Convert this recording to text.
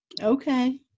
Okay